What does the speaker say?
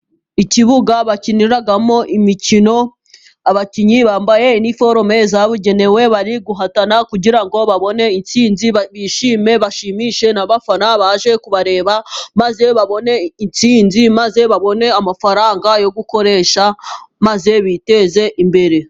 Ikibuga bakiniramo imikino, abakinnyi bambaye iniforume zabugenewe bari guhatana kugira ngo babone insinzi, bishime bashimishe n'abafana baje kubareba, maze babone insinzi maze babone amafaranga yo gukoresha maze biteze imbere.